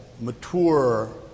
mature